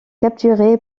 capturé